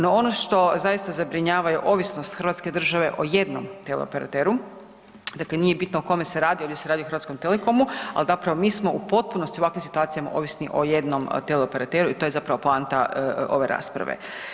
No ono što zaista zabrinjava je ovisnost hrvatske države o jednom teleoperateru, dakle nije bitno o kome se radi, ovdje se radi o Hrvatskom Telekomu, al zapravo mi smo u potpunosti u ovakvim situacijama ovisni o jednom teleoperateru i to je zapravo poanta ove rasprave.